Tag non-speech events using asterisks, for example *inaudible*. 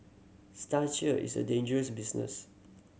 *unintelligible* is a dangerous business